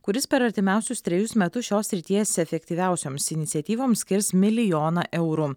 kuris per artimiausius trejus metus šios srities efektyviausioms iniciatyvoms skirs milijoną eurų